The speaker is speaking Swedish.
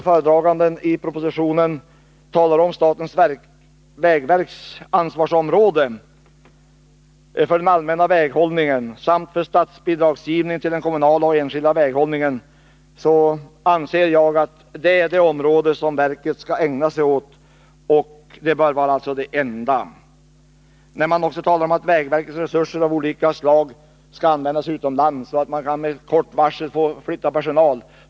Föredraganden talar också i propositionen om statens vägverks ansvars 137 områden och anför att verket har ansvar för den allmänna väghållningen samt för statsbidragsgivning till den kommunala och enskilda väghållningen. Jag anser att detta bör vara det enda område som verket skall ägna sig åt. Vidare talar man om att vägverkets resurser skall användas utomlands och att man med kort varsel kan flytta personal.